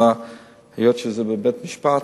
היות שזה בבית-משפט,